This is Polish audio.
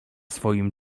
swoim